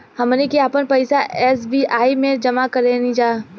हमनी के आपन पइसा एस.बी.आई में जामा करेनिजा